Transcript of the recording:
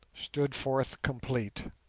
stood forth complete.